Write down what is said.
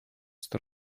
sto